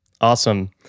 Awesome